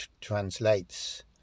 translates